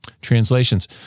translations